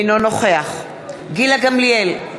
אינו נוכח גילה גמליאל,